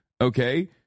okay